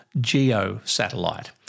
geo-satellite